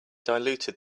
diluted